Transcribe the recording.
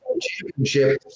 championship